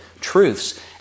truths